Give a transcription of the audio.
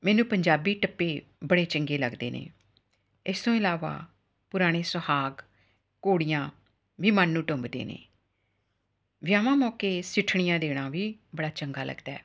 ਮੈਨੂੰ ਪੰਜਾਬੀ ਟੱਪੇ ਬੜੇ ਚੰਗੇ ਲੱਗਦੇ ਨੇ ਇਸ ਤੋਂ ਇਲਾਵਾ ਪੁਰਾਣੇ ਸੁਹਾਗ ਘੋੜੀਆਂ ਵੀ ਮਨ ਨੂੰ ਟੁੰਬਦੇ ਨੇ ਵਿਆਹਵਾਂ ਮੌਕੇ ਸਿੱਠਣੀਆਂ ਦੇਣਾ ਵੀ ਬੜਾ ਚੰਗਾ ਲੱਗਦਾ